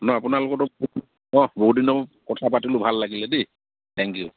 নহয় আপোনাৰ লগতো অঁ বহুত দিনৰ কথা পাতিলোঁ ভাল লাগিলে দেই থেংক ইউ